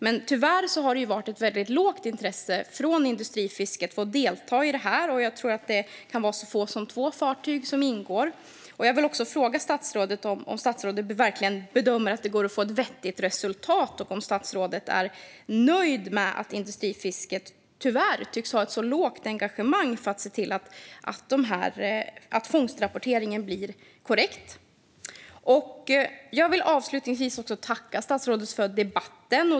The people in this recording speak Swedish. Men tyvärr har det varit ett väldigt lågt intresse från industrifisket att delta i detta. Jag tror att det kan vara så få som två fartyg som ingår. Jag vill fråga statsrådet om han verkligen bedömer att det går att få ett vettigt resultat och om han är nöjd med att industrifisket tyvärr tycks ha ett så litet engagemang för att se till att fångstrapporteringen blir korrekt. Jag vill avslutningsvis tacka statsrådet för debatten.